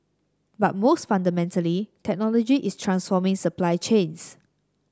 but most fundamentally technology is transforming supply chains